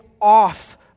off